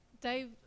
Dave